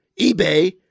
eBay